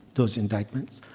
those indictments,